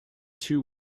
two